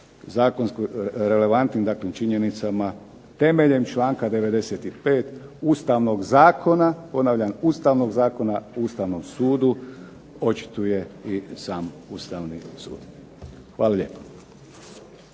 zakonsko relevantnim dakle činjenicama temeljem članka 95. ustavnog zakona, ponavljam, ustavnog zakona o Ustavnom sudu očituje i sam Ustavni sud. Hvala lijepo.